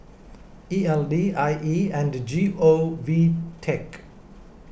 E L D I E and G O V Tech